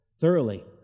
thoroughly